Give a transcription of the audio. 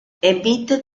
emite